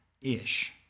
...ish